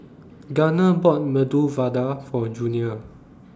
Gunner bought Medu Vada For Junior